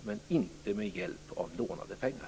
Men vi gör det inte med hjälp av lånade pengar.